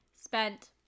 spent